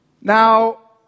Now